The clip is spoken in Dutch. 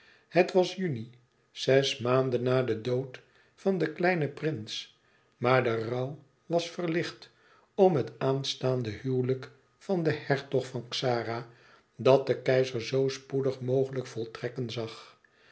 het was juni zes maanden na den dood van den kleinen prins maar de rouw was verlicht om het aanstaande huwelijk van den hertog van xara dat de keizer zoo spoedig mogelijk voltrekken zag